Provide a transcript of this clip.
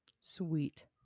Sweet